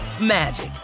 magic